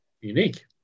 unique